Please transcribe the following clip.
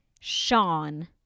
Sean